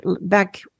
back